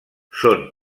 són